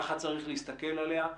כך צריך להסתכל עליה,